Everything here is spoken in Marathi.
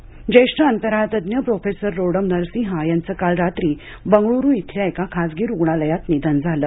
नरसिंहा निधन ज्येष्ठ अंतराळतज्ञ प्रोफेसर रोडम नरसिंहा यांचं काल रात्री बंगळूरू इथल्या एका खासगी रुग्णालयात निधन झालं